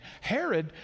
Herod